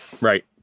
Right